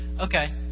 Okay